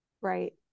Right